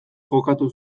jokatu